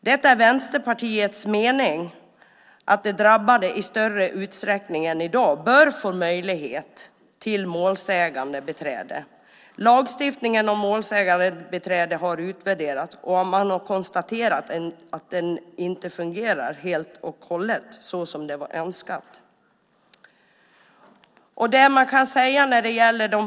Det är Vänsterpartiets mening att de drabbade i större utsträckning än i dag bör få möjlighet till målsägandebiträde. Lagstiftningen om målsägandebiträde har utvärderats, och man har konstaterat att den inte fungerar helt och hållet såsom det var önskat.